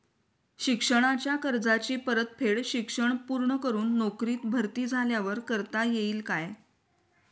शिक्षणाच्या कर्जाची परतफेड शिक्षण पूर्ण करून नोकरीत भरती झाल्यावर करता येईल काय?